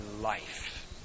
life